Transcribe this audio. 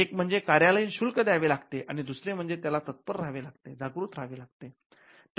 एक म्हणजे कार्यालयीन शुल्क द्यावे लागते आणि दुसरे म्हणजे त्याला तत्पर राहावे लागते जागृत राहावे लागते